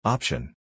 Option